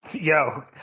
Yo